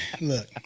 look